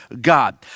God